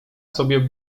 sobie